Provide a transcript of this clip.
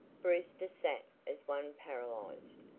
brewster sat as one paralyzed,